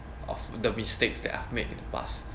of the mistakes that I've made in the past